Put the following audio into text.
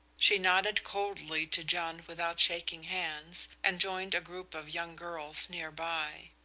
she nodded coldly to john without shaking hands, and joined a group of young girls near by.